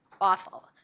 awful